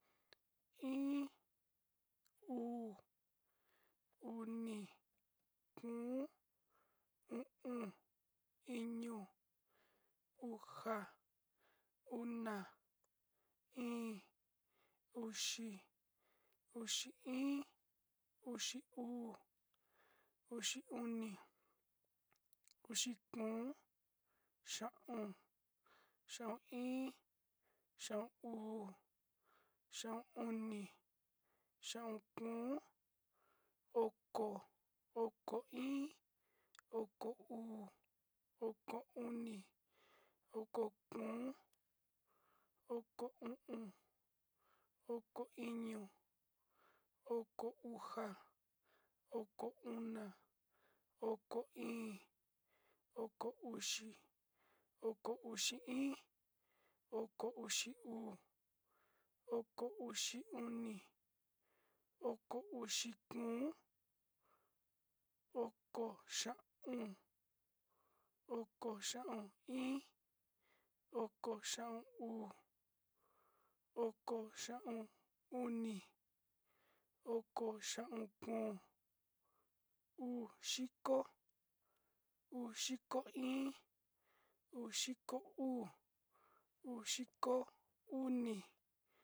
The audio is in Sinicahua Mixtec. In, uu, uni, kun, u’um, iñu, uja, una, in, uxi, uxi in, uxi uu, uxi oni, uxi kun, xa’aun, xa’aun in, xa’aun uu, xa’aun oni, xa’aun kun, oko, oko in, oko uu, oko oni, oko kun, oko u’um, oko iñu, oko uja, oko una.